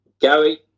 Gary